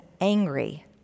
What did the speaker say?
angry